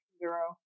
zero